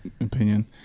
opinion